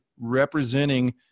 representing